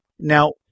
Now